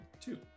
two